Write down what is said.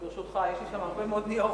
ברשותך, יש לי שם הרבה ניירות.